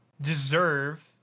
deserve